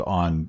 on